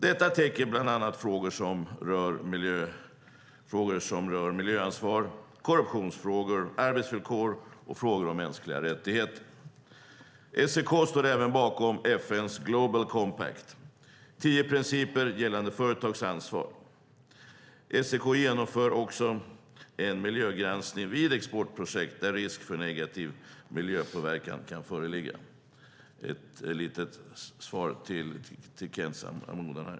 Detta täcker bland annat frågor som rör miljöansvar, korruption, arbetsvillkor och mänskliga rättigheter. SEK står även bakom FN:s Global Compact - tio principer gällande företags ansvar. SEK genomför också en miljögranskning vid exportprojekt där risk för negativ miljöpåverkan kan föreligga. Det är lite grann ett svar till Kent Persson.